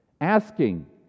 Asking